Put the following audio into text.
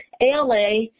ALA